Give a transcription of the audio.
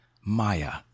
Maya